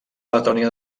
letònia